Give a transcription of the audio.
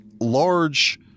large